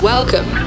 Welcome